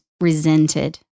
resented